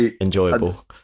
enjoyable